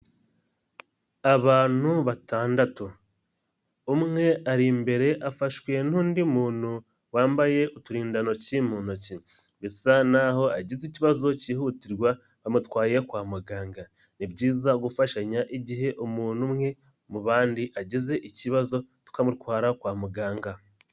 Abantu batandatu. Umwe ari imbere afashwe n'undi muntu wambaye uturindantoki mu ntoki, bisa naho agize ikibazo kihutirwa bamutwaye kwa muganga. Ni byiza gufashanya igihe umuntu umwe mu bandi agize ikibazo tukamutwara kwa muganga.